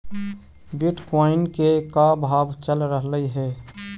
Bitcoin के का भाव चल रहलई हे?